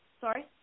sorry